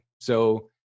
So-